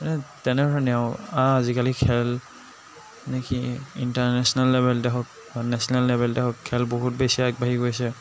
মানে তেনেধৰণেই আৰু আজিকালি খেল নে কি ইন্টাৰনেচনেল লেবেলতে হওক বা নেচনেল লেবেলতে হওক খেল বহুত বেছি আগবাঢ়ি গৈছে